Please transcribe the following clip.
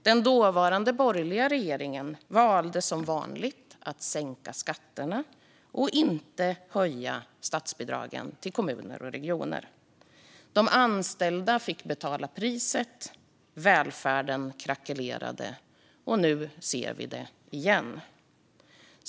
Den dåvarande borgerliga regeringen valde som vanligt att sänka skatterna och att inte höja statsbidragen till kommuner och regioner. De anställda fick betala priset; välfärden krackelerade. Och nu ser vi det igen.